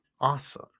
awesome